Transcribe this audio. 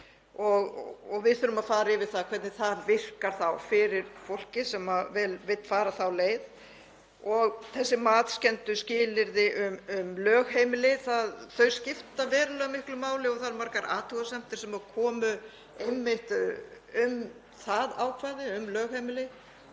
og við þurfum að fara yfir það hvernig það virkar fyrir fólkið sem vill fara þá leið. Þessi matskenndu skilyrði um lögheimili skipta verulega miklu máli og það komu margar athugasemdir einmitt um það ákvæði, um lögheimili.